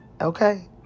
Okay